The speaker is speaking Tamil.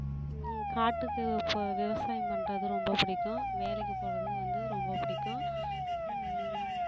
காட்டுக்கு இப்போ விவசாயம் பண்ணுறது ரொம்ப பிடிக்கும் வேலைக்கு போகிறது வந்து ரொம்ப பிடிக்கும்